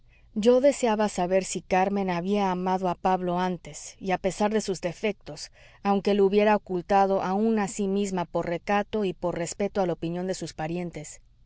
yo deseaba saber si carmen había amado a pablo antes y a pesar de sus defectos aunque lo hubiera ocultado aun a sí misma por recato y por respeto a la opinión de sus parientes